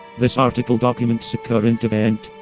this article documents a current event.